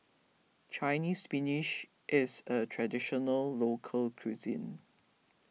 Chinese Spinach is a Traditional Local Cuisine